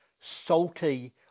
salty